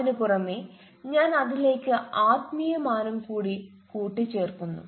അതിനുപുറമെ ഞാൻ അതിലേക്ക് ആത്മീയ മാനം കൂടി കൂട്ടി ചേർക്കുന്നു